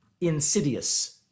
insidious